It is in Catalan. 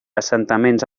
assentaments